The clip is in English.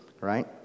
right